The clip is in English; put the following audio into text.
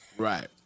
Right